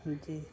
जी